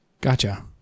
Gotcha